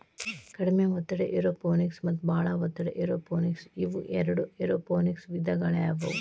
ಕಡಿಮೆ ಒತ್ತಡ ಏರೋಪೋನಿಕ್ಸ ಮತ್ತ ಬಾಳ ಒತ್ತಡ ಏರೋಪೋನಿಕ್ಸ ಇವು ಎರಡು ಏರೋಪೋನಿಕ್ಸನ ವಿಧಗಳಾಗ್ಯವು